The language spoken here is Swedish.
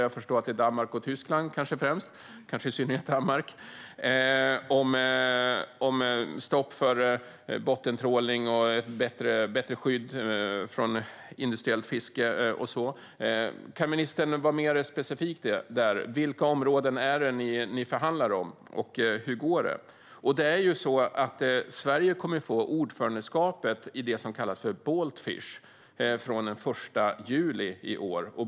Jag förstår att det kanske främst handlar om Danmark och Tyskland - kanske i synnerhet Danmark. Det handlar om stopp för bottentrålning och ett bättre skydd mot industriellt fiske. Kan ministern vara mer specifik om detta? Vilka områden förhandlar ni om? Hur går det? Sverige kommer att ha ordförandeskapet i det som kallas Baltfish från den 1 juli i år.